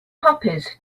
puppies